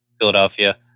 Philadelphia